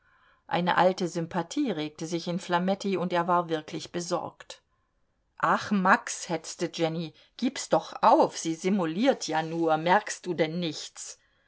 eine alte sympathie regte sich in flametti und er war wirklich besorgt ach max hetzte jenny gib's doch auf sie simuliert ja nur merkst du denn nichts